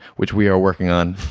which we are working on.